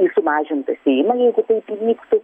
į sumažintą seimą jeigu taip įvyktų